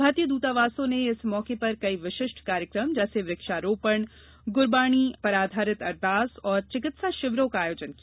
भारतीय दूतावासों ने इस मौके पर कई विशिष्ट कार्यक्रम जैसे वृक्षारोपण गुरबाणी पर आधारित अरदास और चिकित्सा शिविरों का आयोजन किया